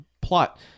plot